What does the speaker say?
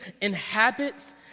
inhabits